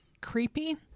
creepy